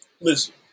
listen